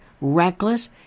reckless